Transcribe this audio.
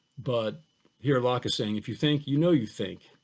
but here, locke is saying if you think, you know you think,